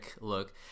look